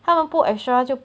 他们不 extra 就